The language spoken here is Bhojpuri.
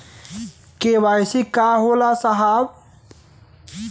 के.वाइ.सी का होला साहब?